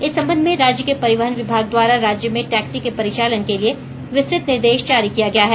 इस संबंध में राज्य के परिवहन विभाग द्वारा राज्य में टैक्सी के परिचालन के लिए विस्तृत निर्देष जारी किया गया है